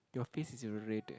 your face is r~ red